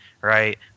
right